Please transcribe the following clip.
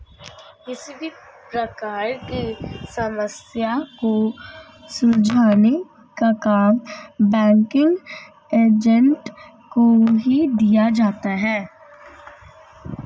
किसी भी प्रकार की समस्या को सुलझाने का काम बैंकिंग एजेंट को ही दिया जाता है